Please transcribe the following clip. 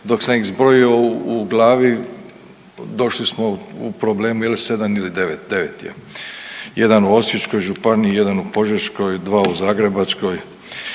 dok sam ih zbrojio u glavi, došli smo u problem je li 7 ili 9, 9 je. Jedan u osječkoj županiji, jedan u požeškoj, dva u Zagrebačkoj,